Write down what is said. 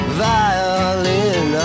violin